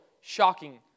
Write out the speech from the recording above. shocking